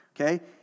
okay